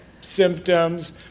symptoms